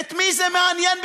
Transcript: את מי זה מעניין בכלל,